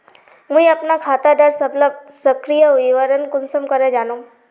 मुई अपना खाता डार सबला सक्रिय विवरण कुंसम करे जानुम?